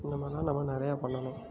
இந்தமாதிரிலாம் நம்ம நிறையா பண்ணணும்